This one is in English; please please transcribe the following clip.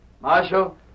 Marshal